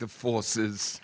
the forces